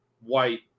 White